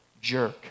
jerk